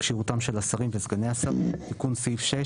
(כשירותם של השרים וסגני השרים) תיקון סעיף 6